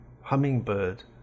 hummingbird